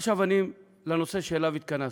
עכשיו לנושא שלשמו התכנסנו: